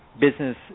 business